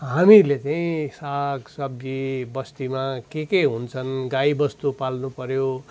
हामीले चाहिँ साग सब्जी बस्तीमा के के हुन्छन् गाई बस्तु पाल्नु पर्यो